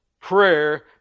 prayer